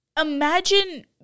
Imagine